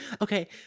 okay